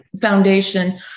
Foundation